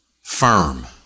firm